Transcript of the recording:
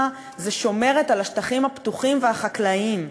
זה שומרת על השטחים הפתוחים והחקלאיים?